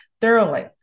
thoroughly